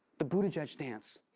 the buttigieg dance,